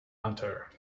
hunter